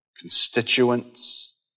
constituents